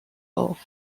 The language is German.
auf